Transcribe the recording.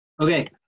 Okay